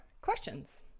questions